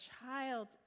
child